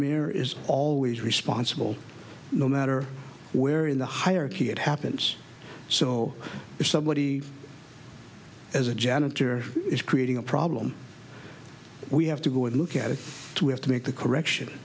mayor is always responsible no matter where in the hierarchy it happens so if somebody as a janitor is creating a problem we have to go and look at it we have to make the correction